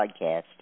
podcast